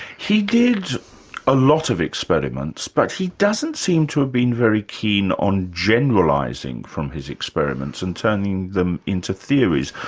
he did a lot of experiments, but he doesn't seem to have been very keen on generalising form his experiments and turning them into theories.